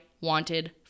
wanted